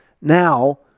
now